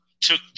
took